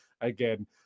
again